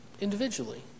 individually